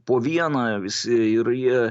po vieną visi ir jie